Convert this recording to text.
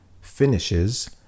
finishes